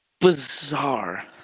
bizarre